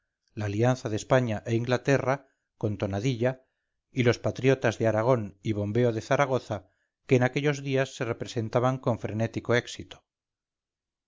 la alianza de españa e inglaterra con tonadilla y los patriotas de aragón y bombeo de zaragoza que en aquellos días se representaban con frenético éxito